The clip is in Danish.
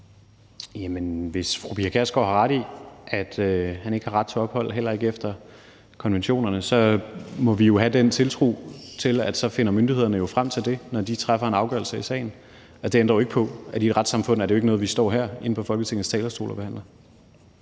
hvis fru Pia Kjærsgaard har ret i, at han ikke har ret til ophold, heller ikke efter konventionerne, så må vi jo have en tiltro til, at myndighederne finder frem til det, når de træffer en afgørelse i sagen. Det ændrer jo ikke på, at i et retssamfund er det ikke noget, vi står her på Folketingets talerstol og behandler.